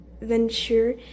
venture